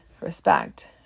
respect